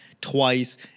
twice